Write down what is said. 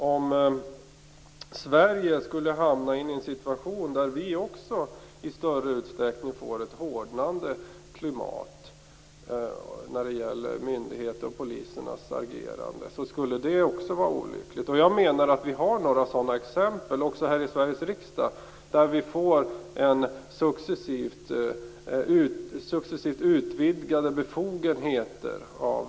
Om Sverige skulle hamna i en situation där vi i större utsträckning får ett hårdnande klimat när det gäller myndigheternas och polisernas agerande skulle det också vara olyckligt. Vi har några exempel också här i Sveriges riksdag på att den svenska polisen successivt får utvidgade befogenheter.